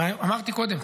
אמרתי קודם,